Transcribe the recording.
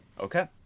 Okay